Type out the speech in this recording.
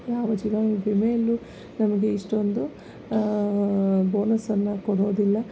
ಯಾವ ಜೀವವಿಮೆಯಲ್ಲೂ ನಮಗೆ ಇಷ್ಟೊಂದು ಬೋನಸನ್ನು ಕೊಡೋದಿಲ್ಲ